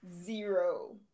zero